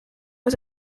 was